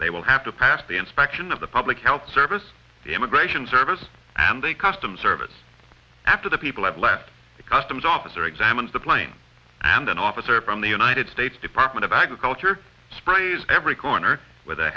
they will have to pass the inspection of the public health service the immigration service and the customs service after the people have left the customs officer examines the plane and an officer from the united states department of agriculture sprays every corner with